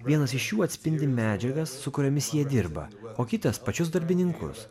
vienas iš jų atspindi medžiagas su kuriomis jie dirba o kitas pačius darbininkus